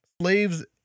slaves